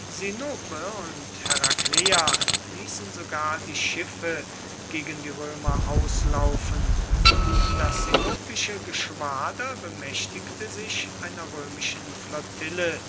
und herakleia ließen sogar die schiffe gegen die römer auslaufen und das sinopische geschwader bemächtigte sich einer römischen flottille